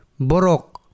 borok